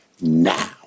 now